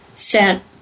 sent